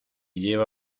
lleva